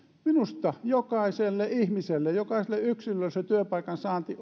minusta jokaiselle yksilölle jokaiselle työttömälle ihmiselle se työpaikan saanti